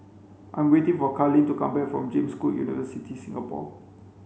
I'm waiting for Karlene to come back from James Cook University Singapore